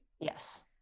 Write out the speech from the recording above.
yes